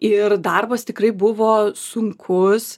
ir darbas tikrai buvo sunkus